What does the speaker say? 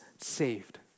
saved